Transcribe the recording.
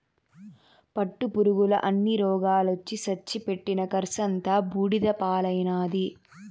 పట్టుపురుగుల అన్ని రోగాలొచ్చి సచ్చి పెట్టిన కర్సంతా బూడిద పాలైనాది